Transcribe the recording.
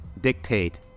dictate